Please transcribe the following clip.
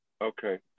Okay